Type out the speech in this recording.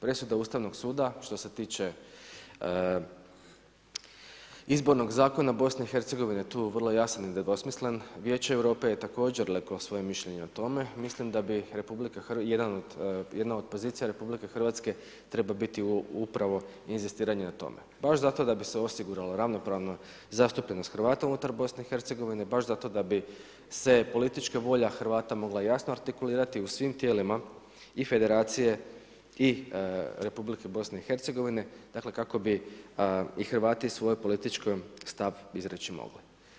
Presuda Ustavnog suda što se tiče Izbornog zakona BiH-a je tu vrlo jasan i nedvosmislen, Vijeće Europe je također reklo svoje mišljenje o tome, mislim da bi jedna od pozicije RH treba biti upravo inzistiranje na tome, baš zato da bise osigurala ravnopravna zastupljenost Hrvata unutar BiH-a, baš zato da bi se politička volja Hrvata mogla jasno artikulirati u svim tijelima i federacije i Republike BiH-a, dakle kako bi i Hrvati svoj politički stav izreći mogli.